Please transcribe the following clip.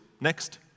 Next